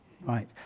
Right